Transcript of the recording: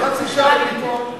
תן חצי שעה ונגמור.